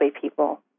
people